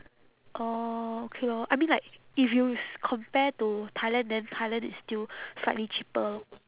orh okay lor I mean like if you s~ compare to thailand then thailand is still slightly cheaper lor